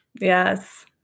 Yes